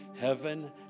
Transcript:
heaven